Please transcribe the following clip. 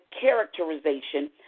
characterization